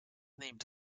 named